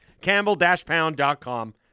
Campbell-pound.com